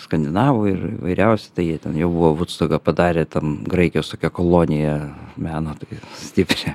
skandinavų ir įvairiausių tai jie ten jau buvo vudstoką padarę ten graikijos tokią koloniją meno tokią stiprią